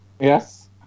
Yes